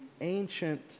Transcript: ancient